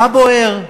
מה בוער?